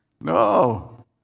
No